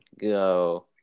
go